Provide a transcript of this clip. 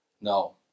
No